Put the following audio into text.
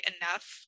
enough